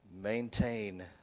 Maintain